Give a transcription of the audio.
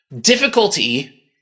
difficulty